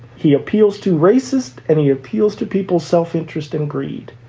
he appeals to racist and he appeals to people's self-interest and greed.